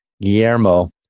Guillermo